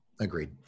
Agreed